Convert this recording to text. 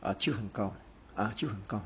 ah 去很高 ah 去很高